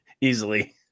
easily